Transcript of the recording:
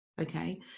okay